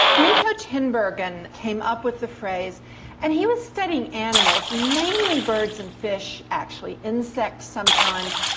niko tinbergen came up with the phrase and he was studying animals mainly birds and fish actually, insects sometimes,